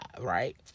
right